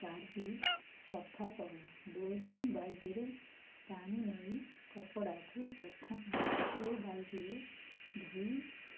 କାଢ଼ି ସଫା କରୁ ଦୁଇଟି ବାଲଟିରେ ପାଣି ନେଇ କପଡ଼ାକୁ ପ୍ରଥମେ ଗୋଟିଏ ବାଲଟିରେ ଧୋଇ